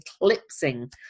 eclipsing